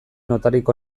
notarik